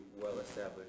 well-established